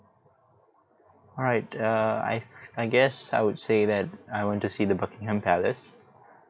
right err I I guess I would say that I want to see the buckingham palace